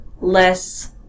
less